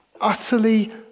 utterly